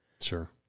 Sure